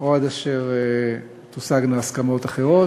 או עד אשר תושגנה הסכמות אחרות.